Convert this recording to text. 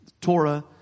Torah